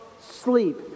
sleep